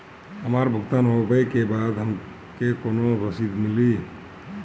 हमार भुगतान होबे के बाद हमके कौनो रसीद मिली?